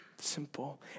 simple